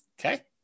Okay